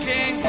King